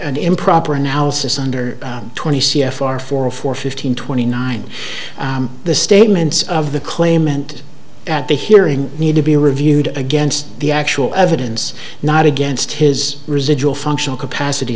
an improper analysis under twenty c f r for for fifteen twenty nine the statements of the claimant at the hearing need to be reviewed against the actual evidence not against his residual functional capacity